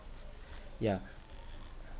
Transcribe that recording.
yeah